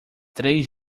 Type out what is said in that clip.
três